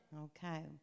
Okay